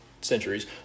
centuries